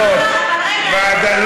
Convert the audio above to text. ועדת הכלכלה?